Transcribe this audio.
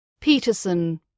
Peterson